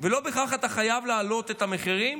ואתה לא בהכרח חייב להעלות את המחירים,